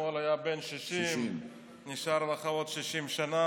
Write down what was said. אתמול היה בן 60. 60. נשארו לך עוד 60 שנה,